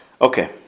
Okay